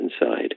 inside